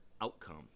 outcome